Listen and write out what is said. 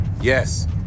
Yes